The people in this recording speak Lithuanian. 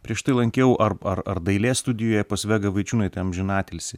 prieš tai lankiau ar ar ar dailės studijoje pas vegą vaičiūnaitę amžinatilsį